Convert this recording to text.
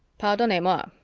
pardonnez-moi,